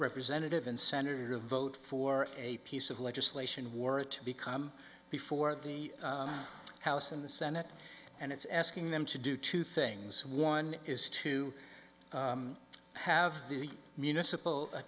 representative and senator to vote for a piece of legislation were to become before the house and the senate and it's asking them to do two things one is to have the municipal